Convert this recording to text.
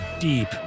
deep